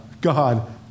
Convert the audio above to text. God